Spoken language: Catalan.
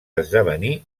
esdevenir